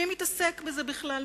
מי מתעסק בזה בכלל?